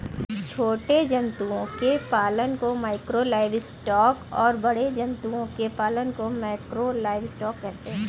छोटे जंतुओं के पालन को माइक्रो लाइवस्टॉक और बड़े जंतुओं के पालन को मैकरो लाइवस्टॉक कहते है